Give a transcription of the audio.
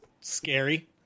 scary